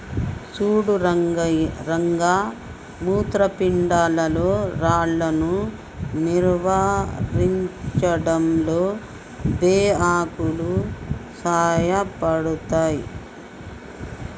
సుడు రంగ మూత్రపిండాల్లో రాళ్లను నివారించడంలో బే ఆకులు సాయపడతాయి